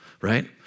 right